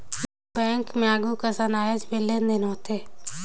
bank मे आघु कसन आयज भी लेन देन होथे